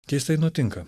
keistai nutinka